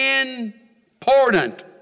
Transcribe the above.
important